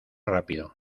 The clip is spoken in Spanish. rápido